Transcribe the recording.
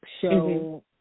show